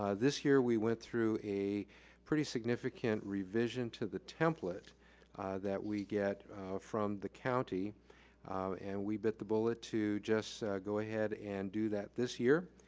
ah this year, we went through a pretty significant revision to the template that we get from the county and we bit the bullet to just go ahead and do that this year.